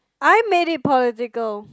I made it political